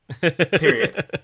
Period